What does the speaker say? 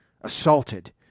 assaulted